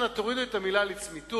אנא, תורידו את המלה "לצמיתות".